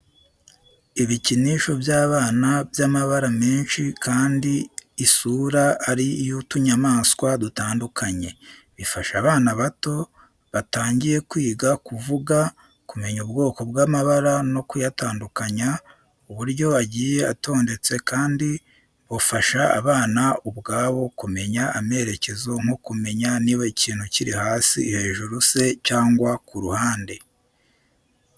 Ibikinisho by’abana by’amabara menshi kandi isura ari iy'utunyamaswa dutandukanye. Bifasha abana bato batangiye kwiga kuvuga, kumenya ubwoko bw'amabara no kuyatandukanya. Uburyo agiye atondetse kandi bufasha abana ubwabo kumenya amerekezo nko kumenya niba ikintu kiri hasi, hejuru se cyangwa ku ruhande.